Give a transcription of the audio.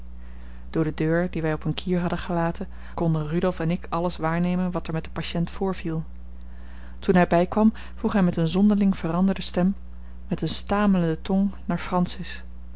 door de deur die wij op een kier hadden gelaten konden rudolf en ik alles waarnemen wat er met den patiënt voorviel toen hij bijkwam vroeg hij met eene zonderling veranderde stem met eene stamelende tong naar francis